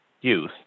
youth